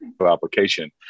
application